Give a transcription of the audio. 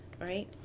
right